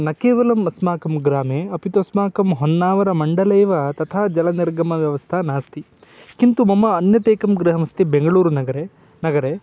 न केवलम् अस्माकं ग्रामे अपि तु अस्माकं होन्नावरमण्डलेव तथा जलनिर्गमव्यवस्था नास्ति किन्तु मम अन्यत् एकं गृहमस्ति बेङ्गळूरुनगरे नगरे